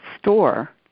store